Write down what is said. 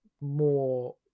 more